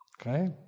Okay